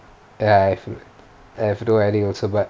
ya I've I've no idea also but